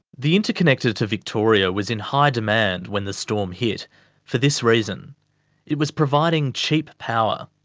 the interconnector to victoria was in high demand when the storm hit for this reason it was providing cheap power.